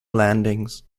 landings